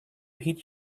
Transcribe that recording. heed